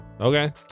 Okay